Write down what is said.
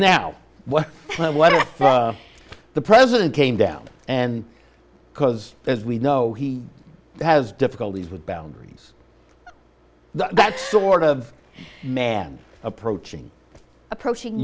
now what what the president came down and because as we know he has difficulties with boundaries that's sort of man approaching approaching